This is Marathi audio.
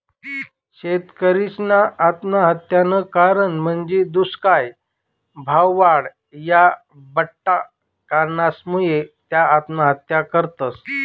शेतकरीसना आत्महत्यानं कारण म्हंजी दुष्काय, भाववाढ, या बठ्ठा कारणसमुये त्या आत्महत्या करतस